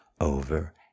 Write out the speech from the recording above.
Over